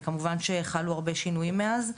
וכמובן שחלו הרבה שינויים מאז.